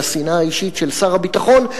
לשנאה האישית של שר הביטחון.